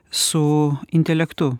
su intelektu